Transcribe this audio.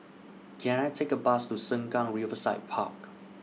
Can I Take A Bus to Sengkang Riverside Park